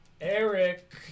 Eric